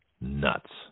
nuts